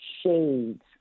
shades